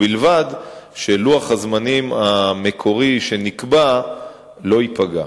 ובלבד שלוח הזמנים המקורי שנקבע לא ייפגע,